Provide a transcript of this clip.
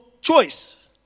choice